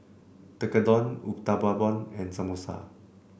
Tekkadon Uthapam and Samosa